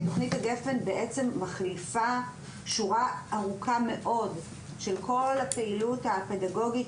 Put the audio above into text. תכנית הגפ"ן מחליפה שורה ארוכה מאוד של פעילויות פדגוגיות,